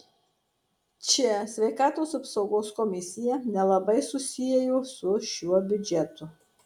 čia sveikatos apsaugos komisija nelabai susiejo su šiuo biudžetu